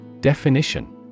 Definition